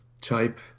type